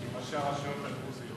עם ראשי הרשויות הדרוזיות